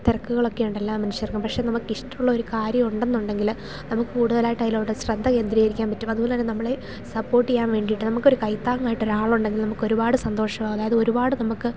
തിരക്കുകളൊക്കെ ഉണ്ട് എല്ലാ മനുഷ്യർക്കും പക്ഷെ നമുക്ക് ഇഷ്ടമുള്ള ഒരു കാര്യം ഉണ്ടെന്നുണ്ടെിൽ നമുക്ക് കൂടുതലായിട്ട് അതിലോട്ട് ശ്രദ്ധ കേന്ദ്രകരിക്കാൻ പറ്റും അതുപോലെ തന്നെ നമ്മളെ സപ്പോർട്ട് ചെയ്യാൻ വേണ്ടിയിട്ട് നമുക്ക് ഒരു കൈത്താങ്ങായിട്ട് ഒരാളുണ്ടെങ്കിൽ നമുക്ക് ഒരുപാട് സന്തോഷവും അതായത് ഒരുപാട് നമുക്ക്